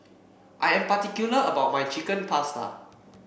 I am particular about my Chicken Pasta